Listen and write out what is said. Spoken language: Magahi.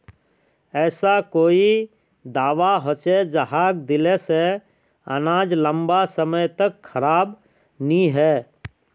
ऐसा कोई दाबा होचे जहाक दिले से अनाज लंबा समय तक खराब नी है?